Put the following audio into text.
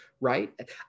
right